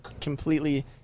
completely